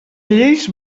lleis